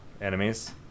enemies